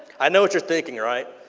i know what you are thinking, right?